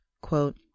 quote